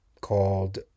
called